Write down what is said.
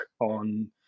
on